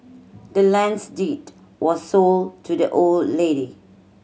the land's deed was sold to the old lady